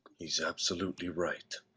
he's absolutely right.